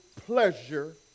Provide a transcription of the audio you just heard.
pleasure